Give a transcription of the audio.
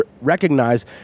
recognize